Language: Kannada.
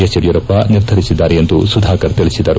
ಎಸ್ ಯಡಿಯೂರಪ್ಪ ನಿರ್ಧರಿಸಿದ್ದಾರೆಂದು ಸುಧಾಕರ್ ತಿಳಿಸಿದರು